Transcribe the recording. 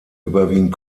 überwiegend